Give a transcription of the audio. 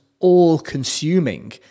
all-consuming